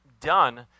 done